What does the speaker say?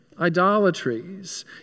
idolatries